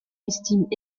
estiment